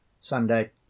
Sunday